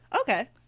Okay